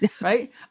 Right